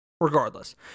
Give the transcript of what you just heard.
Regardless